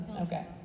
okay